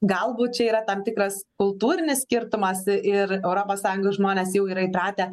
galbūt čia yra tam tikras kultūrinis skirtumas ir europos sąjungoj žmonės jau yra įpratę